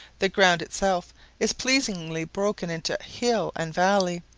the ground itself is pleasingly broken into hill and valley,